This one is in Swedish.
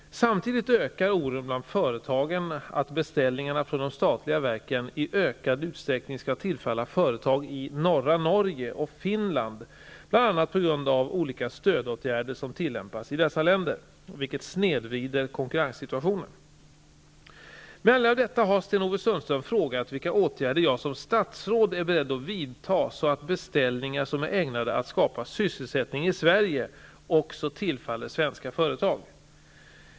Samtidigt ökar oron bland företagen att beställningarna från de statliga verken i ökad utsträckning skall tillfalla företag i norra Norge och i Finland, bl.a. på grund av olika stödåtgärder som tillämpas i dessa länder, vilket snedvrider konkurrenssituationen. Med anledning av detta har Sten-Ove Sundström frågat vilka åtgärder jag som statsråd är beredd att vidta, så att beställningar som är ägnade att skapa sysselsättning i Sverige också tillfaller svenska företag.